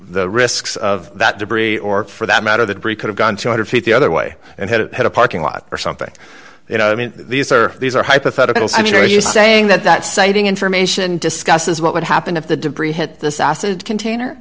the risks of that debris or for that matter the debris could have gone two hundred feet the other way and it had a parking lot or something you know i mean these are these are hypotheticals i mean are you saying that that sighting information discusses what would happen if the debris hit this acid container